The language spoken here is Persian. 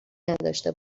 نداشته